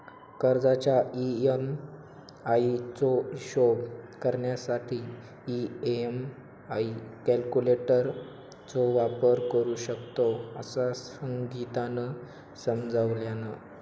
कर्जाच्या ई.एम्.आई चो हिशोब करण्यासाठी ई.एम्.आई कॅल्क्युलेटर चो वापर करू शकतव, असा संगीतानं समजावल्यान